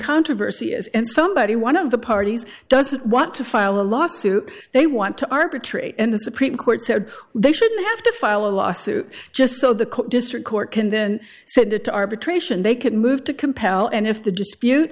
controversy is and somebody one of the parties doesn't want to file a lawsuit they want to arbitrate and the supreme court said they shouldn't have to file a lawsuit just so the district court can then send it to arbitration they can move to compel and if the dispute